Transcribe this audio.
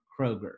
Kroger